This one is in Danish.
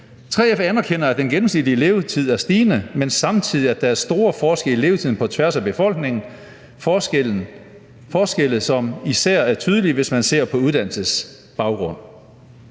3F anerkender, at den gennemsnitlige levetid er stigende, men at der samtidig er store forskelle i levetiden på tværs af befolkningen, som især er tydelige, hvis man ser på uddannelsesbaggrund.